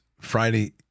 Friday